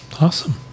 Awesome